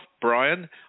Brian